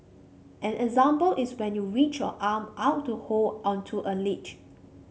an example is when you reach your arm out to hold onto a ledge